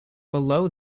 below